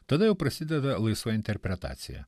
tada jau prasideda laisva interpretacija